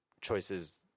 choices